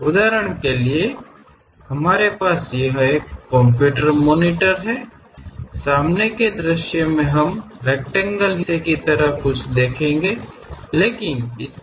ಉದಾಹರಣೆಗೆ ನಮ್ಮಲ್ಲಿ ಮಾನಿಟರ್ ಇದೆ ನಮ್ಮ ಮುಂಭಾಗದ ದೃಷ್ಟಿಯಲ್ಲಿ ನಾವು ಆಯತಾಕಾರದ ಭಾಗವನ್ನು ನೋಡುತ್ತಿದ್ದೇನೆ ಆದರೆ ಒಳಗೆ ಏನಿದೆ ಎಂಬುದರ ಬಗ್ಗೆ ನಮಗೆ ತಿಳಿದಿಲ್ಲ